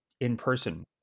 in-person